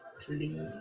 please